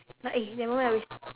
but eh never mind lah we